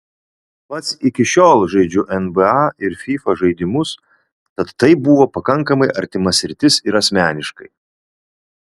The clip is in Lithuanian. pats iki šiol žaidžiu nba ir fifa žaidimus tad tai buvo pakankamai artima sritis ir asmeniškai